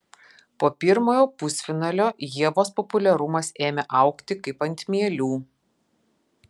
po pirmojo pusfinalio ievos populiarumas ėmė augti kaip ant mielių